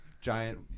giant